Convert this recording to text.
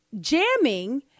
jamming